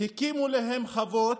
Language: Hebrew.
הקימו להם חוות,